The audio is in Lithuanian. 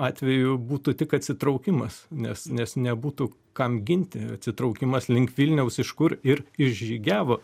atveju būtų tik atsitraukimas nes nes nebūtų kam ginti atsitraukimas link vilniaus iš kur ir išžygiavo